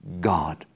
God